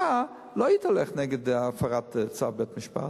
לא היית הולך נגד הפרת צו בית-משפט.